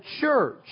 church